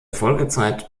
folgezeit